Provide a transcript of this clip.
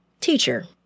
Teacher